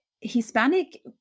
Hispanic